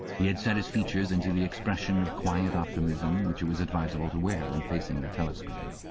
he had set his features into the expression of quiet optimism which it was advisable to wear when facing the telescreen.